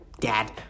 dad